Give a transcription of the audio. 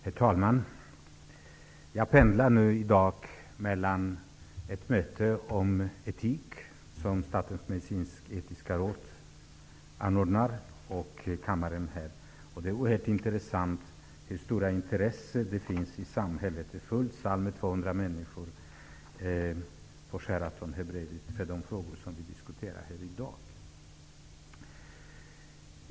Herr talman! Jag pendlar i dag mellan ett möte om etik som Statens medicinsk-etiska råd anordnar och kammaren. Det är oerhört intressant att se hur stort intresse det finns i samhället för de frågor som vi diskuterar här i dag. På Sheraton här bredvid är salen fullsatt, där är 200 människor.